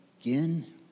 again